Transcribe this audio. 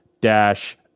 dash